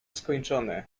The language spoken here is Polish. skończone